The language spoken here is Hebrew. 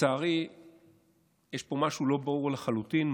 לצערי יש פה משהו לא ברור לחלוטין,